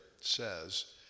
says